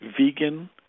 vegan